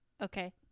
Okay